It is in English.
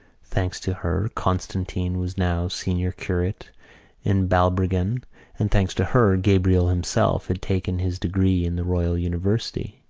thanks to her, constantine was now senior curate in balbrigan and, thanks to her, gabriel himself had taken his degree in the royal university.